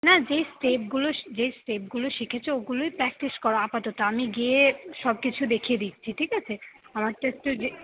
না যেই স্টেপগুলো যেই স্টেপগুলো শিখেছ ওইগুলোই প্র্যাক্টিস করো আপাতত আমি গিয়ে সব কিছু দেখিয়ে দিচ্ছি ঠিক আছে আমার তো একটু যে